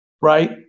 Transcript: right